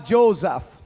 Joseph